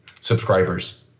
subscribers